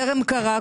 טרם קרה,